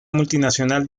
multinacional